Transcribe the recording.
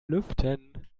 lüften